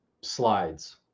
slides